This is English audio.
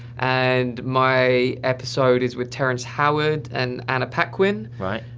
and my episode is with terrence howard and anna paquin.